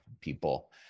people